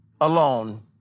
alone